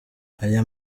aya